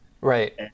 Right